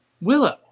Willow